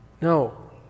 No